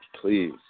please